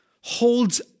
holds